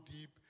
deep